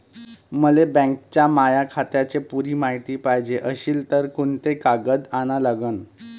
मले बँकेच्या माया खात्याची पुरी मायती पायजे अशील तर कुंते कागद अन लागन?